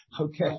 Okay